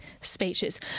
speeches